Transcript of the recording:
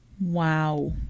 Wow